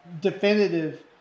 definitive